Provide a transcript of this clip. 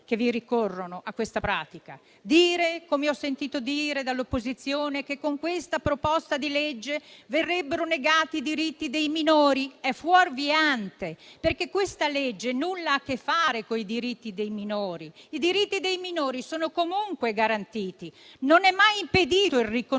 che ricorrono a questa pratica. Dire, come ho sentito dire dall'opposizione, che con questa proposta di legge verrebbero negati i diritti dei minori, è fuorviante. Questa legge infatti nulla ha a che fare con i diritti dei minori, che sono comunque garantiti, non è mai impedito il riconoscimento